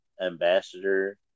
ambassador